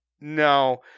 No